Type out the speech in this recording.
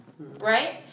Right